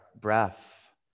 breath